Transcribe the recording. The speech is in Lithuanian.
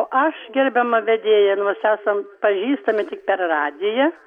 o aš gerbiama vedėja nors esam pažįstami tik per radiją